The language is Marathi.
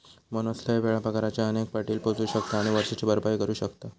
बोनस लय वेळा पगाराच्या अनेक पटीत पोचू शकता आणि वर्षाची भरपाई करू शकता